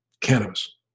cannabis